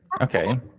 okay